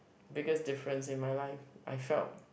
biggest difference in my life I felt